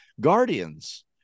Guardians